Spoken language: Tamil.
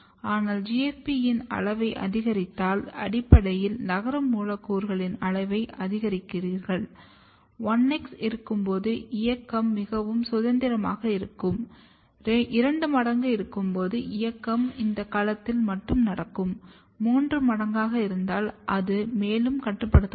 ஆனால் GFP யின் அளவை அதிகரித்தால் அடிப்படையில் நகரும் மூலக்கூறுகளின் அளவை அதிகரிக்கிறீர்கள்1x இருக்கும்போது இயக்கம் மிகவும் சுதந்திரமாக உள்ளது 2x இருக்கும்போது இயக்கம் இந்த களத்தில் மட்டும் நடக்கும் 3x இருந்தால் அது மேலும் கட்டுப்படுத்தப்படும்